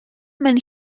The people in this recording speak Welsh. mewn